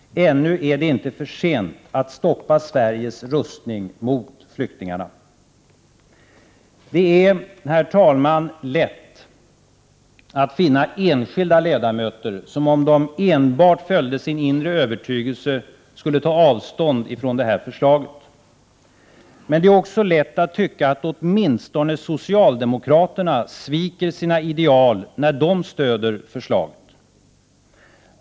Ännu är det inte för sent att stoppa Sveriges rustning mot flyktingarna. Det är, herr talman, lätt att finna enskilda ledamöter som om de enbart följde sin inre övertygelse skulle ta avstånd från det här förslaget. Men det är också lätt att tycka att åtminstone socialdemokraterna sviker sina ideal när de stöder förslaget.